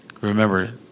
Remember